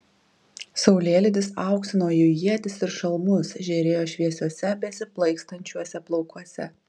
saulėlydis auksino jų ietis ir šalmus žėrėjo šviesiuose besiplaikstančiuose plaukuose